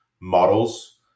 models